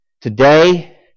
Today